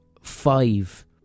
five